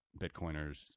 bitcoiners